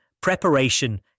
preparation